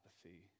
apathy